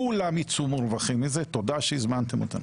כולם יצאו מורווחים מזה, תודה שהזמנתם אותנו.